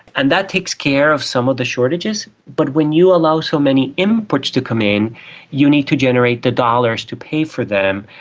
and that takes care of some of the shortages, but when you allow so many imports to come in you need to generate the dollars to pay for them,